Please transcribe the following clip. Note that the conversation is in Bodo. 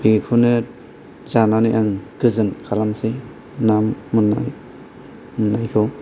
बेखौनो जानानै आं गोजोन खालामसै ना मोननायखौ